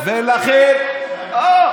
דודי, משהו עשו לך, דודי.